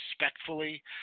respectfully